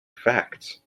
facts